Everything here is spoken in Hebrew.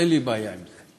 אין לי בעיה עם זה.